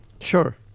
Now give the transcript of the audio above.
Sure